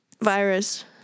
Virus